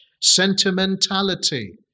sentimentality